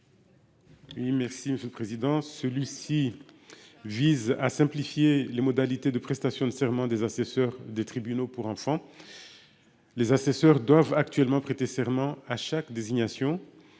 Merci Monsieur le Président. Celui-ci. Vise à simplifier les modalités de prestation de serment des assesseurs des tribunaux pour enfants. Les assesseurs doivent actuellement prêté serment à chaque désignation